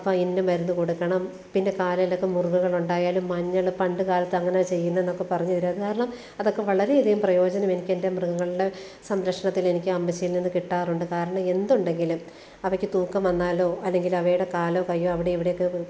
അപ്പോൾ എന്ത് മരുന്ന് കൊടുക്കണം പിന്നെ കാലിലൊക്കെ മുറിവുകളുണ്ടായാലും മഞ്ഞൾ പണ്ട് കാലത്ത് അങ്ങനെയാണ് ചെയ്യുന്നതെന്നൊക്കെ പറഞ്ഞു തരുമായിരുന്നു കാരണം അതൊക്കെ വളരെയധികം പ്രയോജനം എനിക്കെന്റെ മൃഗങ്ങളുടെ സംരക്ഷണത്തില് എനിക്ക് അമ്മച്ചിയില് നിന്ന് കിട്ടാറുണ്ട് കാരണം എന്തൊണ്ടെങ്കിലും അവയ്ക്ക് തൂക്കം വന്നാലോ അല്ലെങ്കിൽ അവയുടെ കാലോ കൈയോ അവിടെയും ഇവിടെയൊക്കെ